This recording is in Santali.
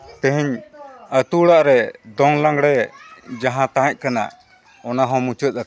ᱛᱮᱦᱮᱧ ᱟᱛᱳ ᱚᱲᱟᱜ ᱨᱮ ᱫᱚᱝ ᱞᱟᱜᱽᱲᱮ ᱡᱟᱦᱟᱸ ᱛᱟᱦᱮᱸᱜ ᱠᱟᱱᱟ ᱚᱱᱟ ᱦᱚᱸ ᱢᱩᱪᱟᱹᱫ ᱟᱠᱟᱱᱟ